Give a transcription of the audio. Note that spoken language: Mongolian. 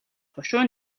хошуу